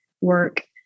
work